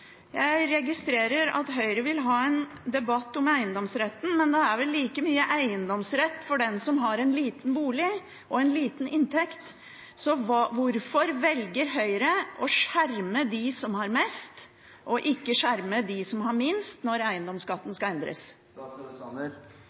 Jeg registrerer at Høyre vil ha en debatt om eiendomsretten, men det er vel like mye eiendomsrett for den som har en liten bolig og en liten inntekt. Så hvorfor velger Høyre å skjerme dem som har mest, og ikke dem som har minst, når eiendomsskatten skal endres?